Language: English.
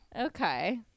Okay